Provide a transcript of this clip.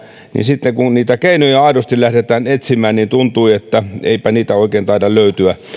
niin sitten kun niitä keinoja aidosti lähdetään etsimään niin tuntuu että eipä niitä oikein taida löytyä